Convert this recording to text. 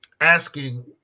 asking